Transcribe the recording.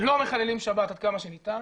לא מחללים שבת עד כמה שניתן,